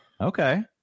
okay